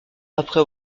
après